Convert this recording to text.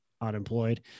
Unemployed